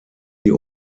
die